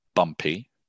Bumpy